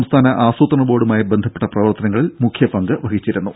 സംസ്ഥാന ആസൂത്രണ ബോർഡുമായി ബന്ധപ്പെട്ട പ്രവർത്തനങ്ങളിൽ മുഖ്യ പങ്കുവഹിച്ചിരുന്നു